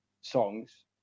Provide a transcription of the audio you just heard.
songs